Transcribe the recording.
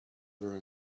very